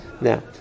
Now